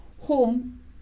home